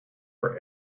for